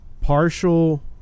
partial